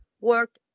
work